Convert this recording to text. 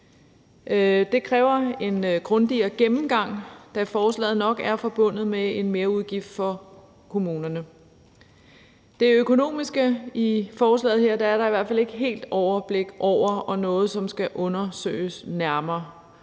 Det kræver en grundigere gennemgang, da forslaget nok er forbundet med en merudgift for kommunerne. Det økonomiske i forslaget her er der i hvert fald ikke helt overblik over, og det er noget, som skal undersøges nærmere.